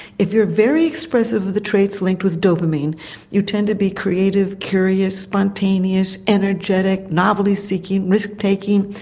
if you're very expressive of the traits linked with dopamine you tend to be creative, curious, spontaneous, energetic, novelty seeking, risk taking,